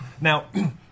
Now